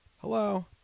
hello